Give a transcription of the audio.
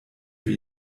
für